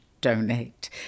donate